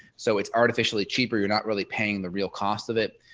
so it's artificially cheap or you're not really paying the real cost of it.